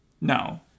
No